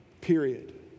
period